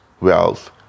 wealth